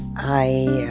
i